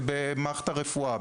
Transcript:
במערכת הרפואית,